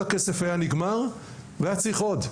כל הכסף היה נגמר והיה צריך עוד,